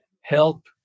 help